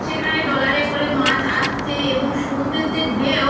সেখানে ডলারে করে মাছ আসছে এবং সমুদ্রের যে ঢেউ